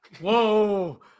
Whoa